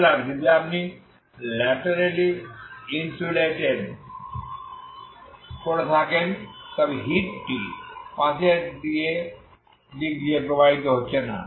সুতরাং যদি আপনি ল্যাটেরালি ইন্সুলেট করে থাকেন তবে হিট টি পাশের দিক দিয়ে প্রবাহিত হচ্ছে না